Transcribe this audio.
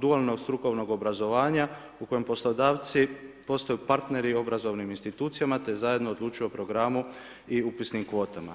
dualnog strukovnog obrazovanja u kojem poslodavci postaju partner obrazovnim institucijama, te zajedno odlučuju o programu i upisnim kvotama.